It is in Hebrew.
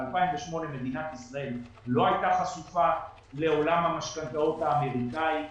ב-2008 מדינת ישראל לא הייתה חשופה לעולם המשכנתאות האמריקאי.